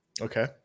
Okay